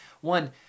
One